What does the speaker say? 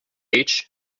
and